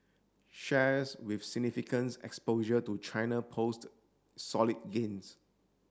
shares with significance exposure to China post solid gains